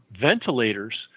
ventilators